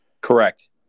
Correct